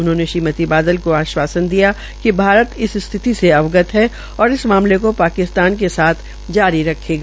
उन्होंने श्रीमति बादल को आश्वासन दिया है कि भारत इस स्थिति से अवगत और इस मामले को पाकिस्तान के साथ जारी रखेगा